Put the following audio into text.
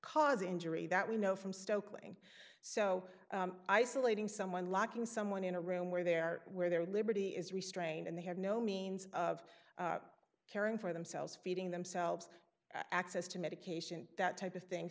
cause injury that we know from stokely so isolating someone locking someone in a room where they're where their liberty is restrained and they have no means of caring for themselves feeding themselves access to medication that type of thing